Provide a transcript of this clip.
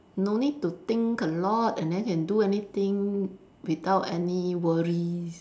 no need to think a lot and then can do anything without any worry